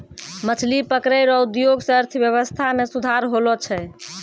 मछली पकड़ै रो उद्योग से अर्थव्यबस्था मे सुधार होलो छै